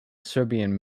serbian